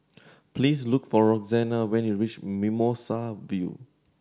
please look for Roxanna when you reach Mimosa View